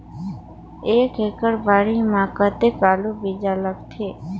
एक एकड़ बाड़ी मे कतेक आलू बीजा लगथे?